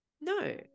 No